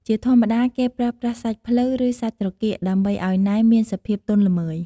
ជាធម្មតា គេប្រើប្រាស់សាច់ភ្លៅ ឬសាច់ត្រគាក ដើម្បីឱ្យណែមមានសភាពទន់ល្មើយ។